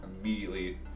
immediately